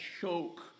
choke